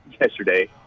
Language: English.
yesterday